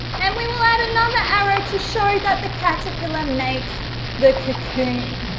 and we will add another arrow to show that the caterpillar makes the cocoon.